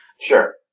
Sure